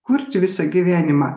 kurti visą gyvenimą